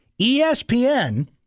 ESPN